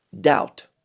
doubt